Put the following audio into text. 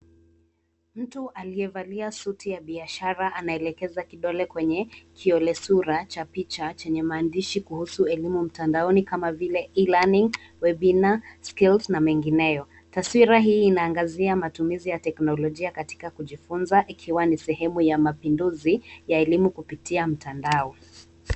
Mtu aliyevalia suti ya biashara anaelekeza kidole kwenye kiolesura cha picha chenye maandishi kuhusu elimu mtandaoni kama vile e-learning, webinar, skills na mengineo. Taswira hii inaangazia matumizi ya teknolojia katika kujifunza ikiwa ni sehemu ya mapenduzi ya elimu kupitia mtandao.